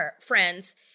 friends